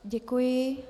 Děkuji.